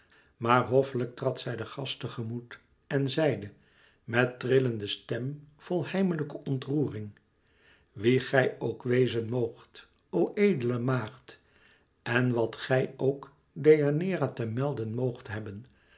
maar hoffelijk trad zij de gast te gemoet en zeide met trillende stem vol heimelijke ontroering wie gij ook wezen moogt o edele maagd en wat gij ook deianeira te melden moogt hebben